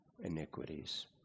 iniquities